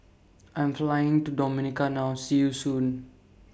I Am Flying to Dominica now See YOU Soon